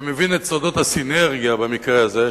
שמבין את סודות הסינרגיה במקרה הזה,